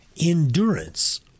endurance